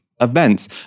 events